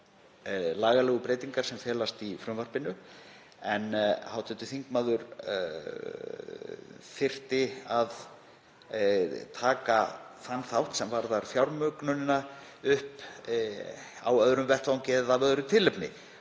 lagalegu breytingar sem felast í frumvarpinu. En hv. þingmaður þyrfti að taka þann þátt sem varðar fjármögnunina upp á öðrum vettvangi eða af öðru tilefni.